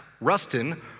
Rustin